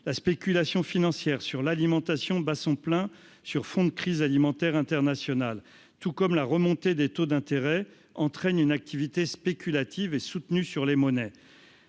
la spéculation financière sur l'alimentation bat son plein sur fond de crise alimentaire internationale, tout comme la remontée des taux d'intérêt entraîne une activité spéculative et soutenu sur les monnaies